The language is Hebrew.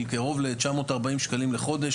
של קרוב ל- 940 שקלים לחודש,